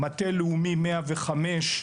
מטה לאומי 105,